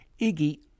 Iggy